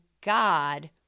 God